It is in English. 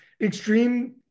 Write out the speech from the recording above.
extreme